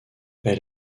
elle